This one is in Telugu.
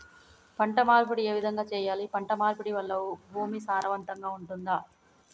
పంట మార్పిడి ఏ విధంగా చెయ్యాలి? పంట మార్పిడి వల్ల భూమి సారవంతంగా ఉంటదా?